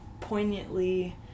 poignantly